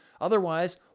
Otherwise